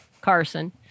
Carson